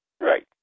Right